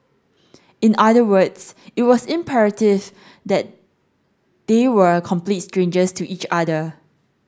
in other words it was imperative that they were complete strangers to each other